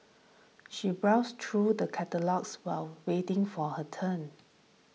she browsed through the catalogues while waiting for her turn